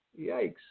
Yikes